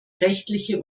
rechtliche